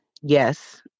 Yes